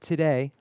Today